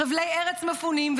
חבלי ארץ מפונים,